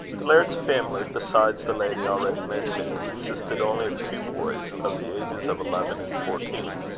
the laird's family, besides the lady already mentioned, consisted only of two boys, of the ages of eleven and fourteen,